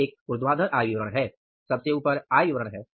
यह एक ऊर्ध्वाधर आय विवरण है सबसे ऊपर आय विवरण है